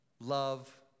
love